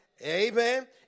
Amen